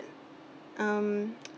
um